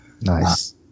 nice